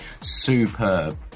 superb